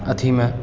अथीमे